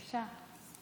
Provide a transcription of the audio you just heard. בבקשה.